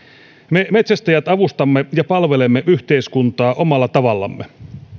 me metsästäjät avustamme ja palvelemme yhteiskuntaa omalla tavallamme